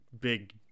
big